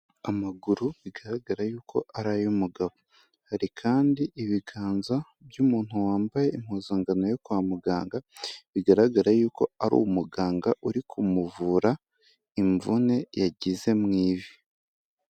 Amaguru bigaragara yuko ari ay'umugabo, hari kandi ibiganza by'umuntu wambaye impuzankano yo kwa muganga bigaragara yuko ari umuganga uri kumuvura imvune yagize mu ivi.